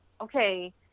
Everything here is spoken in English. okay